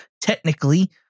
Technically